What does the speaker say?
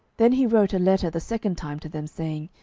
then he wrote a letter the second time to them, saying,